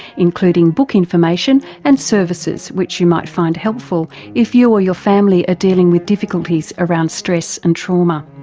including book information and services which you might find helpful if you or your family are dealing with difficulties around stress and trauma.